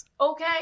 Okay